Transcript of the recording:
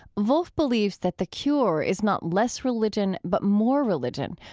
volf belives that the cure is not less religion but more religion,